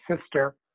sister